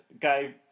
guy